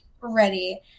ready